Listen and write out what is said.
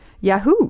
Yahoo